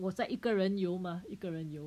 我在一个人游吗一个人游